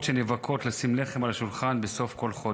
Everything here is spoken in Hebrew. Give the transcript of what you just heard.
ומשפחות שנאבקות לשים לחם על השולחן בסוף כל חודש.